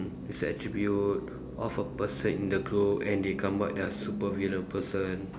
it's a attribute of a person in the group and they come up their supervillain person